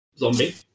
Zombie